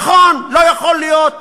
נכון, לא יכול להיות,